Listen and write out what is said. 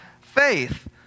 faith